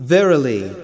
Verily